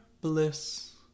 bliss